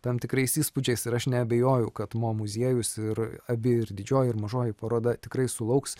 tam tikrais įspūdžiais ir aš neabejoju kad mo muziejus ir abi ir didžioji ir mažoji paroda tikrai sulauks